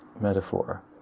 metaphor